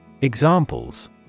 Examples